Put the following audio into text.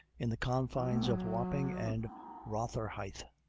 in the confines of wapping and rotherhithe,